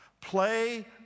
Play